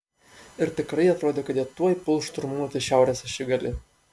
ir tikrai atrodė kad jie tuoj puls šturmuoti šiaurės ašigalį